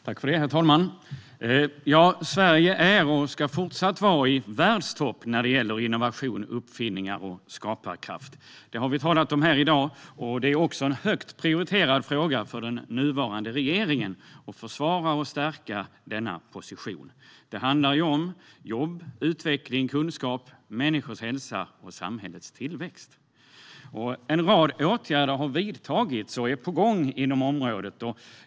Herr talman! Sverige är och ska fortsatt vara i världstopp när det gäller innovation, uppfinningar och skaparkraft. Det har vi talat om här i dag. Det är också en högt prioriterad fråga för den nuvarande regeringen att försvara och stärka denna position. Det handlar om jobb, utveckling, kunskap, människors hälsa och samhällets tillväxt. En rad åtgärder har vidtagits och är på gång inom området.